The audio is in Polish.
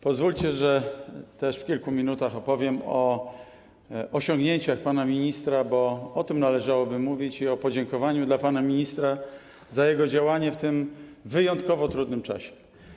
Pozwólcie, że też w ciągu kilku minut opowiem o osiągnięciach pana ministra, bo o tym należałoby mówić, i złożę podziękowania panu ministrowi za jego działanie w tym wyjątkowo trudnym czasie.